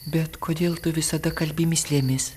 bet kodėl tu visada kalbi mįslėmis